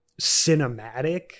cinematic